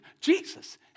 Jesus